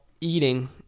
eating